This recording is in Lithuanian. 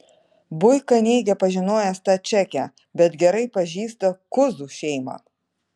buika neigia pažinojęs tą čekę bet gerai pažįsta kuzų šeimą